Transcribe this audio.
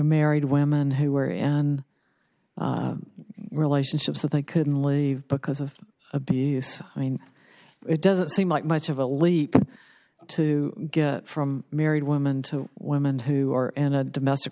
married women who were and relationships that they couldn't leave because of abuse i mean it doesn't seem like much of a leap to get from married women to women who are in a domestic